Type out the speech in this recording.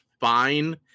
fine